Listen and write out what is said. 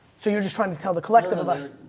so you're just trying to tell the collective of us.